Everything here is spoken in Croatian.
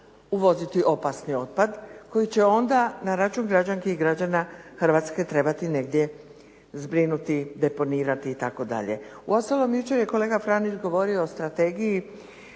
uvoziti opasni otpad, koji će onda na račun građanki i građana Hrvatske trebati negdje zbrinuti, deponirati itd. U ostalom, jučer je kolega Franić govorio o Strategiji